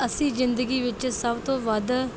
ਅਸੀਂ ਜ਼ਿੰਦਗੀ ਵਿੱਚ ਸਭ ਤੋਂ ਵੱਧ